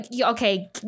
okay